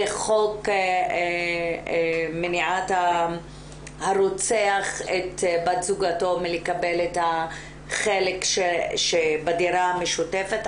זה חוק מניעת הרוצח את בת זוגתו מלקבל את החלק שבדירה המשותפת.